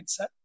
mindset